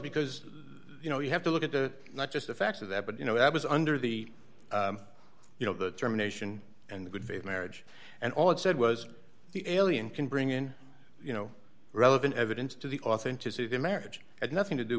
because you know you have to look at the not just the facts of that but you know i was under the you know the germination and good faith marriage and all it said was the alien can bring in you know relevant evidence to the authenticity of the marriage had nothing to do